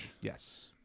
Yes